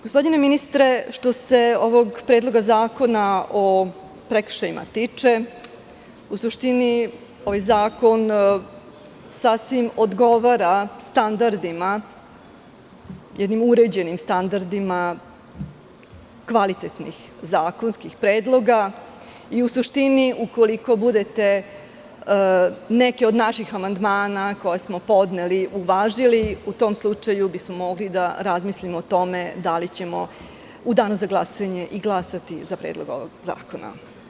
Gospodine ministre, što se ovog predloga zakona o prekršajima tiče, u suštini ovaj zakon sasvim odgovara standardima kvalitetnih zakonskih predloga i u suštini, ukoliko budete neke od naših amandmana koje smo podneli uvažili, u tom slučaju bismo mogli da razmislimo o tome da li ćemo u danu za glasanje i glasati za ovaj predlog zakona.